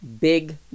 Big